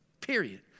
period